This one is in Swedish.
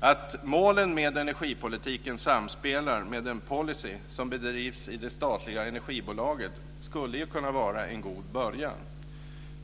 Att målen med energipolitiken samspelar med den policy som bedrivs i det statliga energibolaget skulle kunna vara en god början.